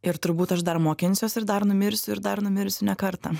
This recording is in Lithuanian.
ir turbūt aš dar mokinsiuos ir dar numirsiu ir dar numirsiu ne kartą